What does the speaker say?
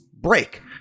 break